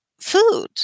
food